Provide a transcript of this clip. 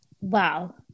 wow